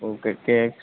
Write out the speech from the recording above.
okay K X